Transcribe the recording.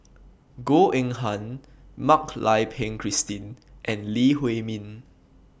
Goh Eng Han Mak Lai Peng Christine and Lee Huei Min